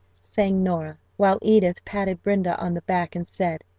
sang nora, while edith patted brenda on the back and said,